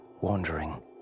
wandering